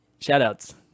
shout-outs